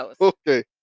okay